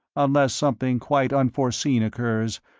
unless something quite unforeseen occurs,